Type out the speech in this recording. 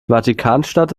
vatikanstadt